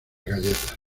galletas